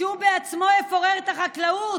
שהוא בעצמו יפורר את החקלאות?